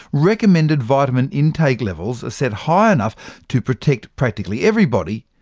recommended vitamin intake levels are set high enough to protect practically everybody,